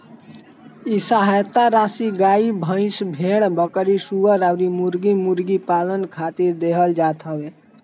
इ सहायता राशी गाई, भईस, भेड़, बकरी, सूअर अउरी मुर्गा मुर्गी पालन खातिर देहल जात हवे